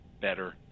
better